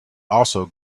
also